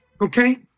Okay